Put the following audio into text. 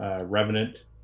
Revenant